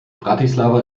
bratislava